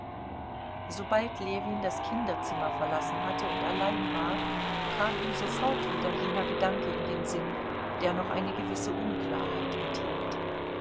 sobald ljewin das kinderzimmer verlassen hatte und allein war kam ihm sofort wieder jener gedanke in den sinn der noch eine gewisse unklarheit enthielt